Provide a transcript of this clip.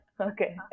okay